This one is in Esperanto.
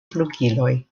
flugiloj